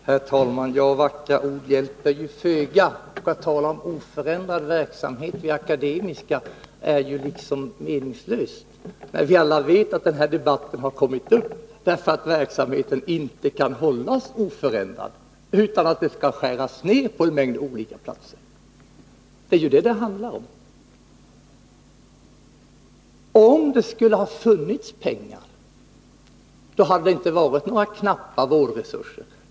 Herr talman! Vackra ord hjälper föga. Det är meningslöst att tala om oförändrad verksamhet vid Akademiska sjukhuset, när vi alla vet att denna debatt har föranletts av att verksamheten inte kan hållas oförändrad. Det skall ju skäras ned på en mängd olika platser — det är vad det handlar om. Om det skulle ha funnits pengar, hade det inte varit fråga om några ”knappa vårdresurser”.